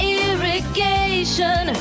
irrigation